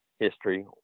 history